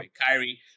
Kyrie